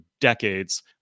decades